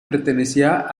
pertenecía